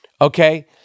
Okay